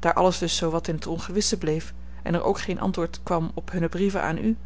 daar alles dus zoo wat in t ongewisse bleef en er ook geen antwoord kwam op hunne brieven aan u